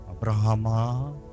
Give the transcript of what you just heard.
Abraham